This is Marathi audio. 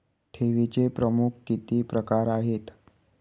ठेवीचे प्रमुख किती प्रकार आहेत?